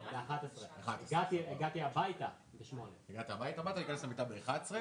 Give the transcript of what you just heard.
הישראליות עבור הפעלת קווי תעופה בקו ישראל רוסיה.